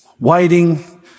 waiting